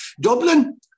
Dublin